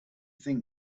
think